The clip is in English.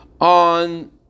On